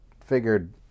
figured